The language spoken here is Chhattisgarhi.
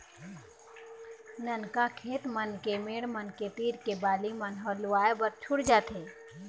ननका खेत मन के मेड़ मन के तीर के बाली मन ह लुवाए बर छूट जाथे